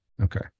Okay